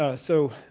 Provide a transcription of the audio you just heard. ah so,